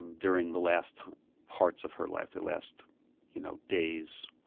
during the last parts of her life, the last you know days,